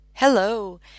Hello